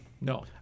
No